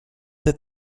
that